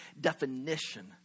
definition